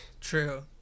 true